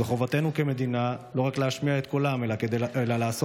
זו חובתנו כמדינה לא רק להשמיע את קולם אלא לעשות